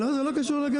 לא, זה לא קשור לגדול,